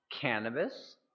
Cannabis